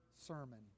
sermon